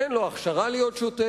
אין לו הכשרה להיות שוטר,